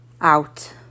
Out